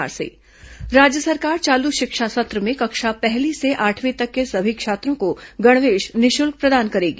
school गणवेश राज्य सरकार चालू शिक्षा सत्र में कक्षा पहली से आठवीं तक के सभी छात्रों को गणवेश निःशुल्क प्रदान करेगी